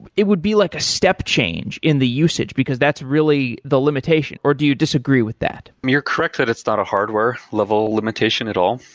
it would be like a step change in the usage, because that's really the limitation, or do you disagree with that? you're correct that it's not a hardware level limitation at all.